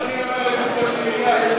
מה אדוני אומר לגופו של עניין?